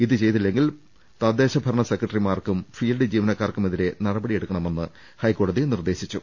ഇത് ചെയ്തില്ലെങ്കിൽ തദ്ദേശ ഭരണ സെക്രട്ടറിമാർക്കും ഫീൽഡ് ജീവനക്കാർക്കുമെതിരെ നടപടിയെടു ക്കണമെന്ന് ഹൈക്കോടതി നിർദേശിച്ചു